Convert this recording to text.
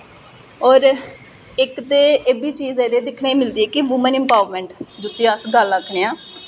होर इक ते एह् बी चीज ऐ जेह्ड़ी दिक्खने गी मिलदी ऐ कि वूमेन एम्पावरमेंट जिसी अस गल्ल आखनें आं